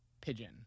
pigeon